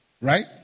Right